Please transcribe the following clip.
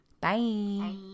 Bye